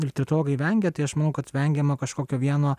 literatūrologai vengia tai aš manau kad vengiama kažkokio vieno